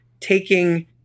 taking